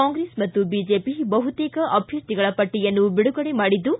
ಕಾಂಗ್ರೆಸ್ ಮತ್ತು ಬಿಜೆಪಿ ಬಹುತೇಕ ಅಭ್ಯರ್ಥಿಗಳ ಪಟ್ಟಿಯನ್ನು ಬಿಡುಗಡೆ ಮಾಡಿದ್ಲು